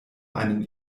einen